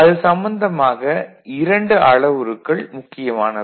அது சம்பந்தமாக இரண்டு அளவுருக்கள் முக்கியமானவை